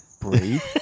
Breathe